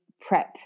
prep